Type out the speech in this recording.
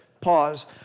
Pause